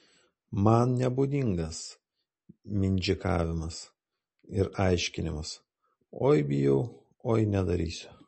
man nebūdingas mindžikavimas ir aiškinimas oi bijau oi nedarysiu